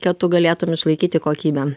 kad tu galėtum išlaikyti kokybę